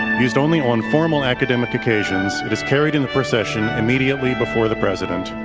used only on formal academic occasions, it is carried in the procession immediately before the president.